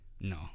no